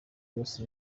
yose